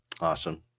Awesome